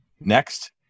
next